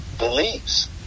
believes